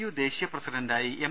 U ദേശീയ പ്രസിഡണ്ടായി M